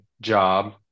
job